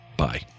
bye